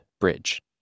Bridge